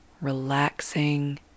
relaxing